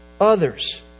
others